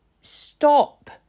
stop